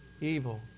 evil